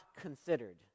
considered